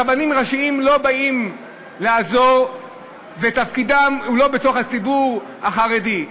הרבנים הראשיים לא באים לעזור ותפקידם הוא לא בתוך הציבור החרדי.